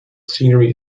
scenery